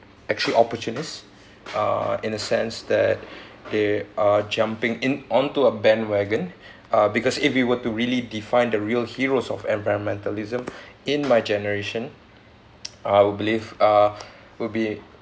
actually opportunists uh in a sense that they are jumping in onto a bandwagon uh because if you were to really define the real heroes of environmentalism in my generation I'll believe uh will be